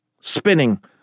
Spinning